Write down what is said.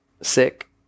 sick